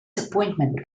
appointment